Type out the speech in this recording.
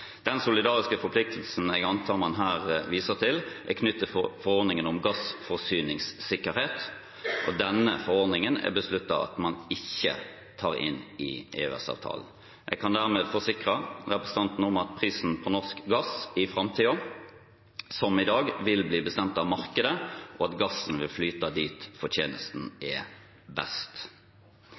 Den solidariske forpliktelsen jeg antar man her viser til, er knyttet til forordningen om gassforsyningssikkerhet, og denne forordningen er det besluttet at man ikke tar inn i EØS-avtalen. Jeg kan dermed forsikre representanten om at prisen på norsk gass i framtiden, som i dag, vil bli bestemt av markedet, og at gassen vil flyte dit fortjenesten er best.